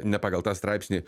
ne pagal tą straipsnį